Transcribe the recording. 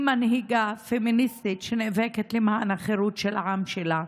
היא מנהיגה פמיניסטית שנאבקת למען החירות של העם שלה.